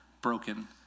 broken